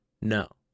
No